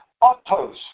autos